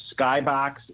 skybox